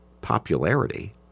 popularity